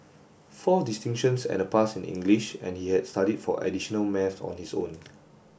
four distinctions and a pass in English and he had studied for additional maths on his own